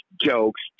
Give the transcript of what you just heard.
jokes